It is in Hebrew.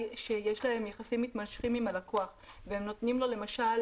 שיש להם יחסים מתמשכים עם הלקוח והם נותנים לו למשל